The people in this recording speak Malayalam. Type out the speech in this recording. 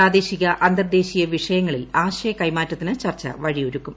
പ്രാദേശിക അന്തർദ്ദേശീയ വിഷയങ്ങളിൽ ആശയ കൈമാറ്റത്തിന് ചർച്ച വഴിയൊരുക്കും